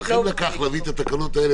אבל לכם לקח להביא את התקנות האלה,